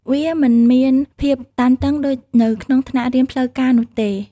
វាមិនមានភាពតានតឹងដូចនៅក្នុងថ្នាក់រៀនផ្លូវការនោះទេ។